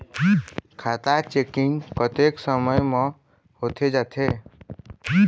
खाता चेकिंग कतेक समय म होथे जाथे?